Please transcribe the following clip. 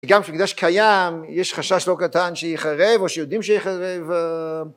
גם כשמקדש קיים יש חשש לא קטן שייחרב או שיודעים שייחרב...